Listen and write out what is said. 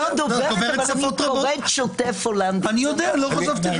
לא דוברת אבל אני קוראת הולנדית שוטף.